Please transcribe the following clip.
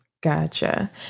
Gotcha